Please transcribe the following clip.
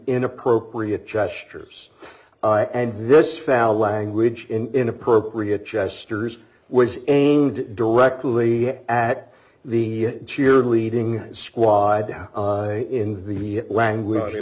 inappropriate gestures and this foul language inappropriate chester's was aimed directly at the cheerleading squad in the language